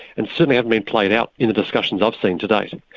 and still haven't been played out in the discussions i've seen to date. and